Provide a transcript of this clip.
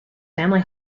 family